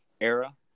era